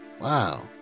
wow